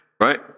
right